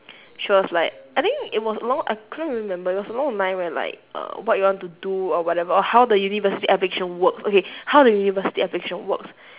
she was like I think it was along I couldn't really remember it was around the time when like err what you want to do or whatever oh how the university application works okay how the university application works